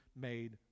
made